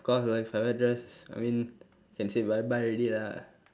of course if I wear dress I mean can say bye bye already lah